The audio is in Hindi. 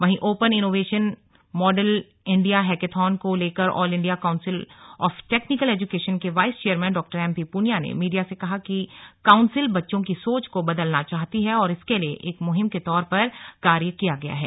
वहीं open innovation model India hackathon को लेकर all India council of technical education के वाइस चेयरमैन डॉ एमपी पुनिया ने मीडिया से कहा कि काउंसिल बच्चों की सोच को बदलना चाहती है और इसके लिए एक मुहिम के तौर पर कार्य किया गया है